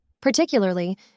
Particularly